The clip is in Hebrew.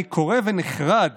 אני קורא ונחרד